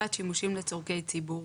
הוספת שימושים לצרכי ציבור,